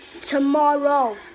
tomorrow